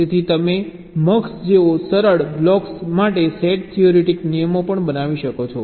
તેથી તમે MUX જેવા સરળ બ્લોક્સ માટે સેટ થિયોરેટિક નિયમો પણ બનાવી શકો છો